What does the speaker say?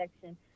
section